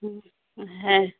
হুম হ্যাঁ